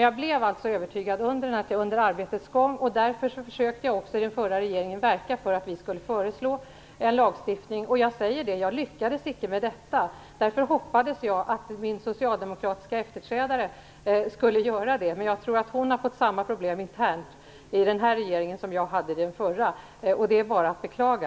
Jag blev alltså övertygad under arbetets gång och därför försökte jag också i den förra regeringen verka för att vi skulle föreslå en lagstiftning. Jag lyckades icke med det. Därför hoppades jag att min socialdemokratiska efterträdare skulle göra det. Jag tror att hon har fått samma problem internt i denna regering som jag hade i den förra. Det är bara att beklaga.